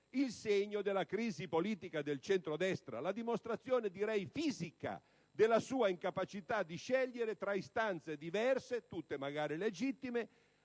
il segno della crisi politica del centrodestra, la dimostrazione fisica della sua incapacità di scegliere tra istanze diverse, magari tutte legittime,